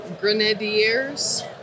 Grenadiers